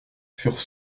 furent